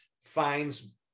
finds